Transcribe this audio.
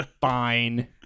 Fine